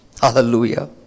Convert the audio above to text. Hallelujah